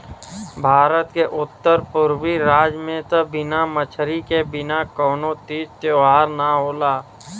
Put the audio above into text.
भारत के उत्तर पुरबी राज में त बिना मछरी के बिना कवनो तीज त्यौहार ना होला